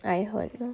I heard you know